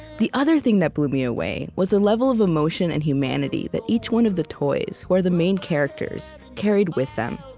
the other thing that blew me away was the level of emotion and humanity that each one of the toys, who are the main characters, carried with them